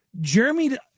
Jeremy